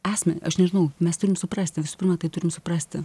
esmę aš nežinau mes turim suprasti visų pirma tai turim suprasti